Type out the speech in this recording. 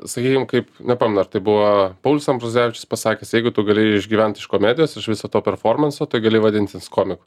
sakykim kaip nepamenu ar tai buvo paulius ambrazevičius pasakęs jeigu tu gali išgyvent iš komedijos iš viso to performanso tai gali vadintis komiku